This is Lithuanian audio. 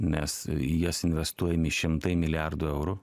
nes į jas investuojami šimtai milijardų eurų